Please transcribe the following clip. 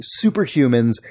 superhumans